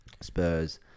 Spurs